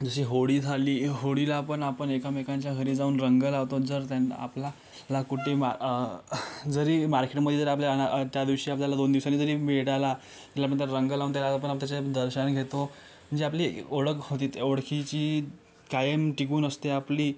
जशी होळी झाली होळीला आपण आपण एकमेकांच्या घरी जाऊन रंग लावतो जर त्याने आपल्याला कुठे जरी मार्केटमध्ये जर आपल्याला व त्यादिवशी आपल्याला दोन दिवसांनी जरी मिळाला त्याला म्हणतात रंग लावून त्याला आपण त्याचे दर्शन घेतो जी आपली ओळख होती ओळखीची कायम टिकून असते आपली